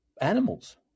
Animals